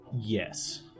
Yes